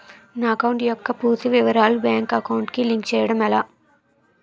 నా అకౌంట్ యెక్క పూర్తి వివరాలు బ్యాంక్ అకౌంట్ కి లింక్ చేయడం ఎలా?